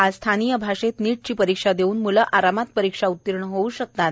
आज स्थानीय भाषेत नीटची परीक्षा देऊन मूलं आरामात परीक्षा उत्तीर्ण होऊ शकतात